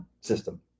system